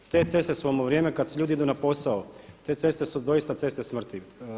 Te ceste su vam u vrijeme kad ljudi idu na posao, te ceste su doista ceste smrti.